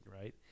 right